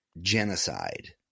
genocide